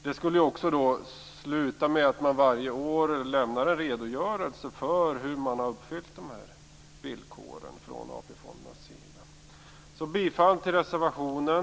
Det skulle sluta med att man varje år lämnar en redogörelse för hur de här villkoren har uppfyllts från AP-fondernas sida. Jag yrkar alltså bifall till reservationen.